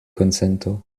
konsento